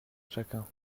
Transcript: chacun